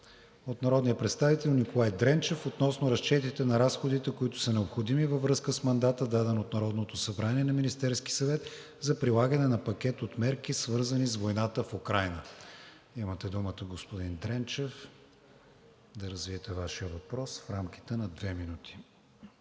от народния представител Николай Дренчев относно разчетите на разходите, които са необходими във връзка с мандата, даден от Народното събрание на Министерския съвет за прилагане на пакет от мерки, свързани с войната в Украйна. Имате думата, господин Дренчев. НИКОЛАЙ ДРЕНЧЕВ (ВЪЗРАЖДАНЕ): Господин